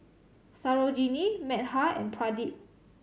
Sarojini Medha and Pradip